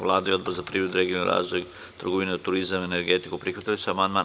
Vlada i Odbor za privredu i regionalni razvoj, trgovinu, turizam i energetiku prihvatili su amandman.